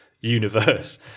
universe